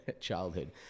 childhood